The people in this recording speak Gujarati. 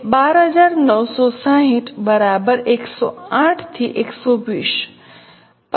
12960 બરાબર 108 થી 120